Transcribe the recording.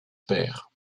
père